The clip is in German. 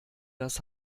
das